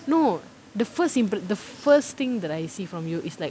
no the first imp~ first thing thing that I see from you it's like